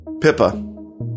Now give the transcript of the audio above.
Pippa